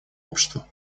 обществу